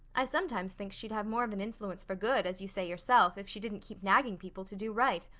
i sometimes think she'd have more of an influence for good, as you say yourself, if she didn't keep nagging people to do right.